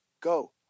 go